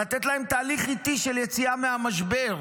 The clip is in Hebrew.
לתת להם תהליך איטי של יציאה מהמשבר,